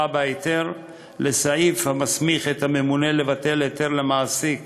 בהיתר" לסעיף המסמיך את הממונה לבטל היתר למעסיק